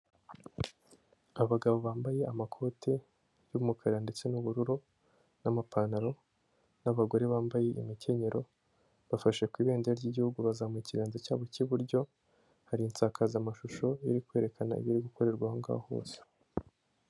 Abagabo bambaye amakoti y'umukara ndetse n'ubururu n'amapantaro, n'abagore bambaye imkenyero bafashe ku ibendera ry'igihugu bazamuye ikiganza cyabo cy'iburyo, hari insakazamashusho iri kwerekana ibiri gukorerwa aho ngaho hose.